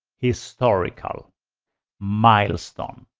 historical milestone.